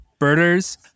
birders